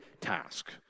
task